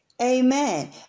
Amen